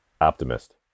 Optimist